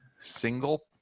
single